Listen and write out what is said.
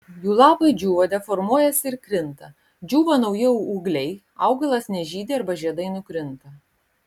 jų lapai džiūva deformuojasi ir krinta džiūva nauji ūgliai augalas nežydi arba žiedai nukrinta